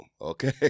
Okay